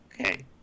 Okay